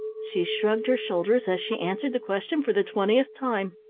she shrugged her shoulders as she answered the question for the twentieth time.